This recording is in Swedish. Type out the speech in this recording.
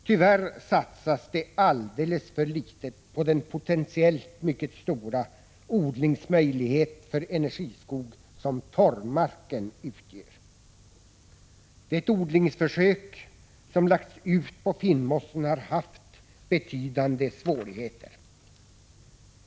Tyvärr satsas det alldeles för litet på den potentiellt mycket stora odlingsmöjlighet för energiskog som torvmarken utgör. Det odlingsförsök man lagt ut på Finnmossen har haft betydande svårigheter.